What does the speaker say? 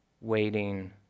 Waiting